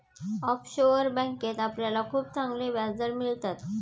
offshore बँकेत आपल्याला खूप चांगले व्याजदर मिळतात